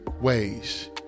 ways